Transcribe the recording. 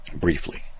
briefly